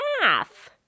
math